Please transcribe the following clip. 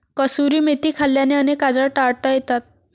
कसुरी मेथी खाल्ल्याने अनेक आजार टाळता येतात